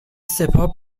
سپاه